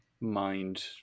mind